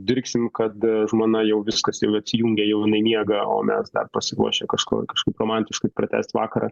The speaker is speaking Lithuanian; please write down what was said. sudirgsim kad žmona jau viskas jau atsijungė jau jinai miega o mes dar pasiruošę kažkur kažkaip romantiškai pratęst vakarą